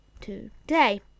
today